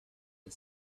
the